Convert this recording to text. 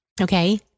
Okay